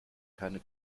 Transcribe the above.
keine